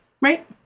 Right